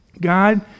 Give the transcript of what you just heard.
God